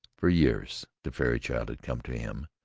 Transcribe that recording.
for years the fairy child had come to him.